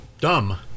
dumb